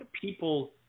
people